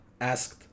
Asked